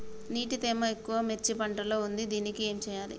నీటి తేమ ఎక్కువ మిర్చి పంట లో ఉంది దీనికి ఏం చేయాలి?